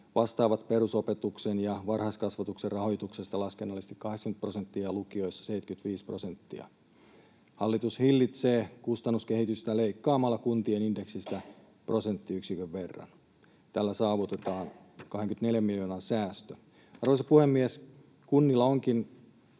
vastaavat perusopetuksen ja varhaiskasvatuksen rahoituksesta laskennallisesti 80 prosenttia ja lukioissa 75 prosenttia. Hallitus hillitsee kustannuskehitystä leikkaamalla kuntien indeksistä prosenttiyksikön verran. Tällä saavutetaan 24 miljoonan säästö. Arvoisa puhemies! Kuntien onkin